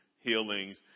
healings